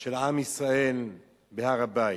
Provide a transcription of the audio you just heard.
של עם ישראל בהר-הבית,